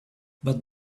but